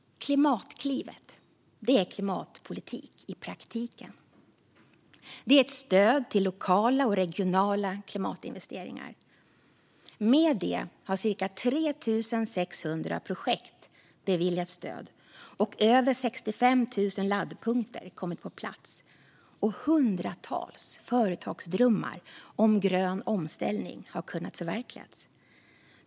Klimatklivet är klimatpolitik i praktiken. Det är ett stöd till lokala och regionala klimatinvesteringar. Med det har cirka 3 600 projekt beviljats stöd och över 65 000 laddpunkter kommit på plats, och hundratals företagsdrömmar om grön omställning har kunnat förverkligas.